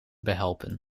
behelpen